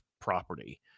property